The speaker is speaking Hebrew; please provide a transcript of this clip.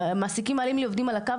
מעסיקים מעלים לי עובדים על הקו,